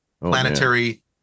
planetary